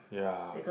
ya